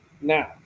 Now